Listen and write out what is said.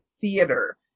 theater